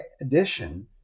addition